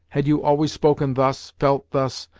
had you always spoken thus, felt thus,